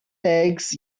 legs